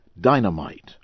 dynamite